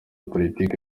politike